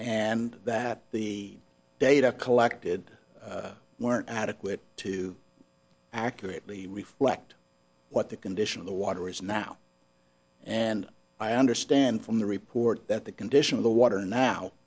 and that the data collected weren't adequate to accurately reflect what the condition of the water is now and i understand from the report that the condition of the water now